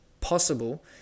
possible